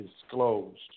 disclosed